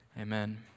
amen